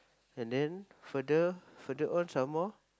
and then further further on some more